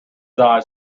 eyes